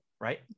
right